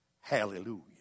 Hallelujah